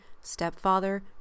stepfather